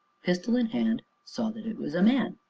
pistol in hand, saw that it was a man.